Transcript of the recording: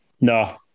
no